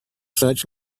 such